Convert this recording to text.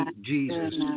Jesus